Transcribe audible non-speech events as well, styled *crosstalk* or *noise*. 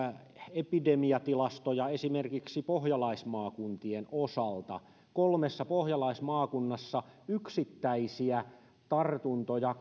epidemiatilastoja esimerkiksi pohjalaismaakuntien osalta kolmessa pohjalaismaakunnassa yksittäisiä tartuntoja *unintelligible*